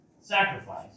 Sacrifice